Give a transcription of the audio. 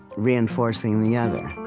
reinforcing the other